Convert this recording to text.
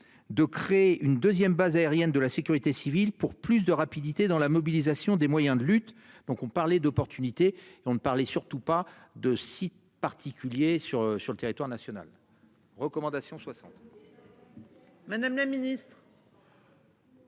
De créer une 2ème base aérienne de la sécurité civile pour plus de rapidité dans la mobilisation des moyens de lutte. Donc on parlait d'opportunité et on ne parlez surtout pas de signe particulier sur sur le territoire national recommandations 60. Madame la Ministre.